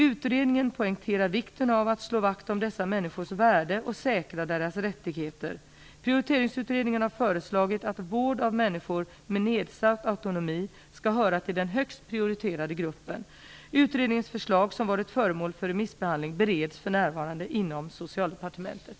Utredningen poängterar vikten av att slå vakt om dessa människors värde och säkra deras rättigheter. Prioriteringsutredningen har föreslagit att vård av människor med nedsatt autonomi skall höra till det högst prioriterade. Utredningens förslag, som varit föremål för remissbehandling, bereds för närvarande inom Socialdepartementet.